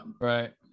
Right